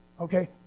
okay